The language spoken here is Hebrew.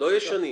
לא ישנים.